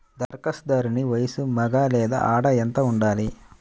ధరఖాస్తుదారుని వయస్సు మగ లేదా ఆడ ఎంత ఉండాలి?